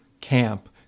camp